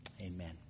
Amen